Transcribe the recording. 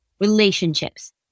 relationships